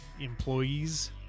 employees